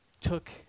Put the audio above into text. took